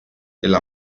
della